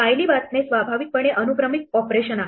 फायली वाचणे स्वाभाविकपणे अनुक्रमिक ऑपरेशन आहे